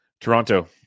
toronto